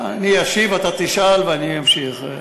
אני אשיב, אתה תשאל ואני אמשיך.